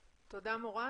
תודה מורן.